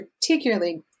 particularly